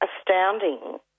astounding